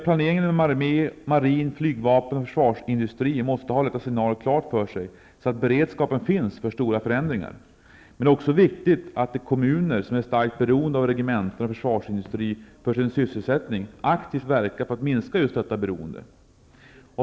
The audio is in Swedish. Planeringen inom armé, marin, flygvapen och försvarsindustri måste ha detta scenario klart för sig, så att beredskapen finns för stora förändringar. Men det är också viktigt att de kommuner som är starkt beroende av regemente och försvarsindustri för sin sysselsättning aktivt verkar för att minska detta beroende.